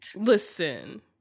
Listen